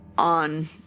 on